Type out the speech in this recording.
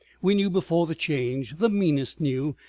we knew before the change, the meanest knew,